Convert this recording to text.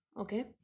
Okay